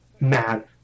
mad